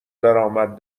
درآمد